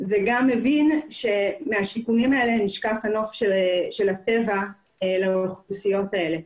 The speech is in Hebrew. וגם מבין שמהשיכונים האלה נשקף הנוף של הטבע לאוכלוסיות האלה.